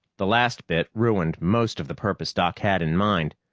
the last bit ruined most of the purpose doc had in mind.